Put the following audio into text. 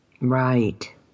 Right